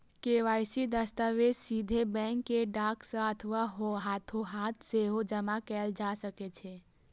KYC दस्तावेज सीधे bank कें डाक सं अथवा हाथोहाथ सेहो जमा कैल जा सकै छै